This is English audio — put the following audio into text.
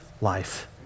life